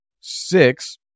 six